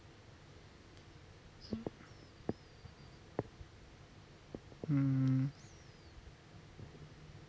mm